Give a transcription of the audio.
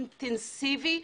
אינטנסיבי,